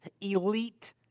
elite